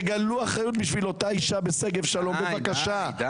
תגלו אחריות בשביל אותה אישה בשגב שלום, בבקשה.